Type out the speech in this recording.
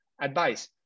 advice